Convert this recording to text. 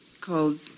called